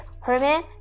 Herman